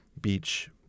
beach